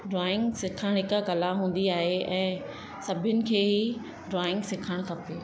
drawing सिखणु हिकु कला हूंदी आहे ऐं सभिनि खे ई ड्रॉइंग सिखणु खपे